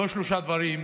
לא שלושה דברים,